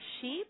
sheep